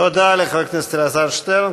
תודה לחבר הכנסת אלעזר שטרן.